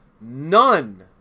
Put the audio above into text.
None